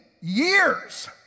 years